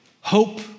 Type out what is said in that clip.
Hope